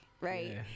Right